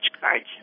cards